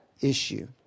issue